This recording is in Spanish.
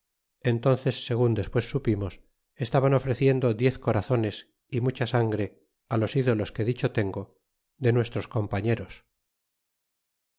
entónces segun despees supithos estaban ofreciendo diez corazones y mucha sangre los ídolos que dicho tengo de nuestros compañeros